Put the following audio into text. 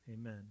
Amen